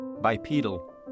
Bipedal